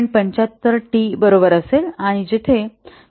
75 T बरोबर असेल आणि जे येथे 0